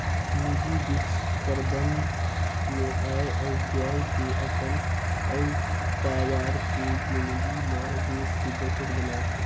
निजी बित्त परबंध मे आय अउ ब्यय के अपन अउ पावार के जिनगी ल देख के बजट बनाथे